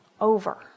over